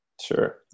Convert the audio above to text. Sure